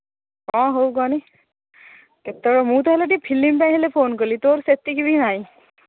ହଁ ହଉ କହନି କେତେବେଳେ ମୁଁ ତ ହେଲେ ଟିକେ ଫିଲିମ୍ ପାଇଁ ହେଲେ ଫୋନ୍ କଲି ତୋର ସେତିକି ବି ନାହିଁ